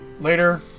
later